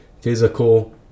physical